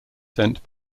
sent